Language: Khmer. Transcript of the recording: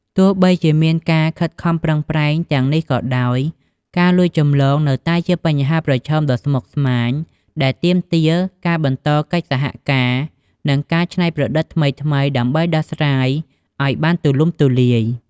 ទោះបីជាមានការខិតខំប្រឹងប្រែងទាំងនេះក៏ដោយ ការលួចចម្លងនៅតែជាបញ្ហាប្រឈមដ៏ស្មុគស្មាញដែលទាមទារការបន្តកិច្ចសហការ និងការច្នៃប្រឌិតថ្មីៗដើម្បីដោះស្រាយឱ្យបានទូលំទូលាយ។